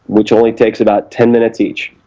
which only takes about ten minutes each,